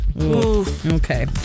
Okay